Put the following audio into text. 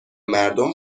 مردم